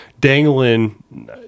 dangling